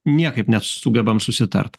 niekaip nesugebam susitart